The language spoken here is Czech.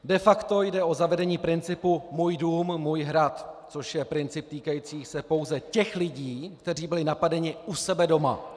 De facto jde o zavedení principu můj dům, můj hrad, což je princip týkající se pouze těch lidí, kteří byli napadeni u sebe doma.